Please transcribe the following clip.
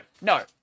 no